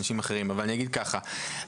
אני אגיד ככה,